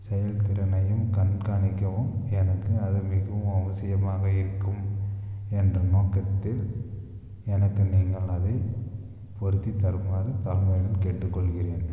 செயல் திறனையும் கண்காணிக்கவும் எனக்கு அது மிகவும் அவசியமாக இருக்கும் என்ற நோக்கத்தில் எனக்கு நீங்கள் அதை பொருத்தித் தருமாறு தாழ்மையுடன் கேட்டுக்கொள்கிறேன்